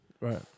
Right